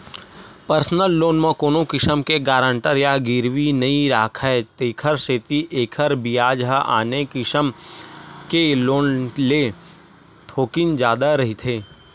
personal loan म कोनो किसम के गारंटर या गिरवी नइ राखय तेखर सेती एखर बियाज ह आने किसम के लोन ले थोकिन जादा रहिथे